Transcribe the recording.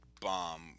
bomb